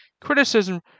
criticism